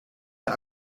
der